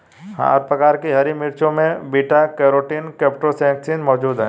हर प्रकार की हरी मिर्चों में बीटा कैरोटीन क्रीप्टोक्सान्थिन मौजूद हैं